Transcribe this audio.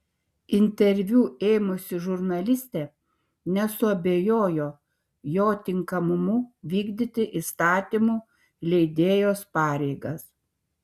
interviu ėmusi žurnalistė nesuabejojo jo tinkamumu vykdyti įstatymų leidėjo pareigas